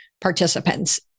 participants